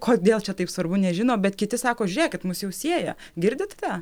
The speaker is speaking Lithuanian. kodėl čia taip svarbu nežino bet kiti sako žiūrėk kad mus jau sieja girdit tą